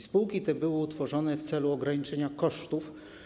Spółki te były utworzone w celu ograniczenia kosztów.